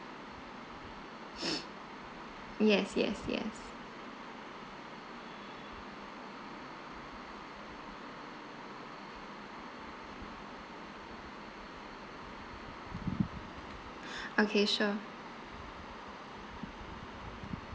yes yes yes okay sure